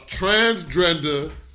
Transgender